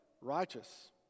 Righteous